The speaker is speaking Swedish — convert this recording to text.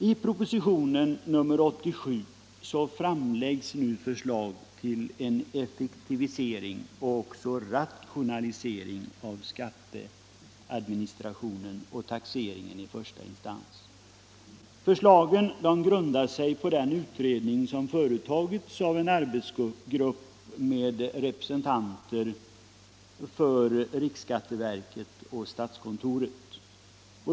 I propositionen 87 framläggs nu förslag om en effektivisering och också rationalisering av skatteadministrationen och taxeringen i första instans. Förslaget grundar sig på den utredning som företagits av en arbetsgrupp med representanter för riksskatteverket och statskontoret.